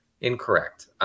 incorrect